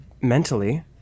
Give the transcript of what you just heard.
mentally